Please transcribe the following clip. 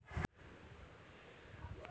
अपने के तो बहुते कम बचतबा होब होथिं?